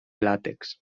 làtex